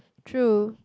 true